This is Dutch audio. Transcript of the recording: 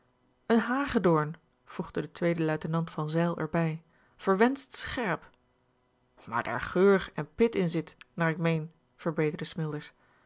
een hagedoorn voegde de tweede luitenant van zijl er bij verwenscht scherp maar daar geur en pit in zit naar ik meen verbeterde smilders